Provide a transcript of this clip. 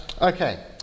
Okay